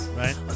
right